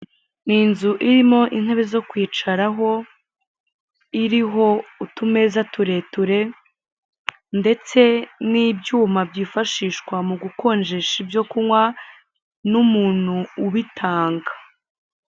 Ni inzu irimo inebe zo kwicaraho iriho utumeza tureture ndetse n'ibyuma byifashishwa mu gukonjesha ibyo kunywa n'umuntu ubitanga.